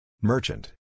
Merchant